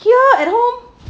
here at home